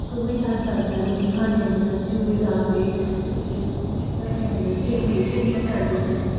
ਦੋਵੇਂ ਸਾਹਿਬਜ਼ਾਦਿਆਂ ਨੂੰ ਨੀਹਾਂ ਦੇ ਅੰਦਰ ਜਿਉਂਦੇ ਜਾਗਦੇ ਇ ਇੱਟਾਂ ਦੇ ਅੰਦਰ ਚਿਣ ਕੇ ਸ਼ਹੀਦ ਕਰ ਦਿੱਤਾ ਸੀ